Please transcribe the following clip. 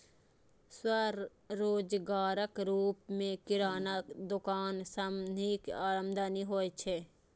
स्वरोजगारक रूप मे किराना दोकान सं नीक आमदनी होइ छै